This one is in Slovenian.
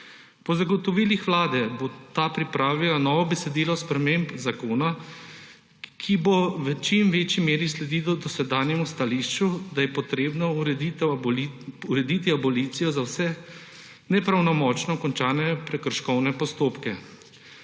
Po zagotovilih Vlade bo ta pripravila novo besedilo sprememb zakona, ki bo v čim večji meri sledilo dosedanjemu stališču, da je treba urediti abolicijo za vse nepravnomočno končane prekrškovne postopke.